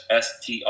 str